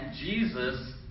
Jesus